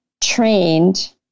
trained